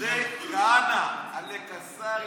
זה כהנא, עלק השר,